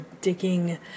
digging